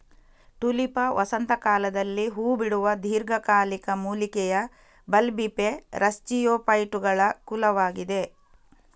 Tulipa ವಸಂತ ಕಾಲದಲ್ಲಿ ಹೂ ಬಿಡುವ ದೀರ್ಘಕಾಲಿಕ ಮೂಲಿಕೆಯ ಬಲ್ಬಿಫೆರಸ್ಜಿಯೋಫೈಟುಗಳ ಕುಲವಾಗಿದೆ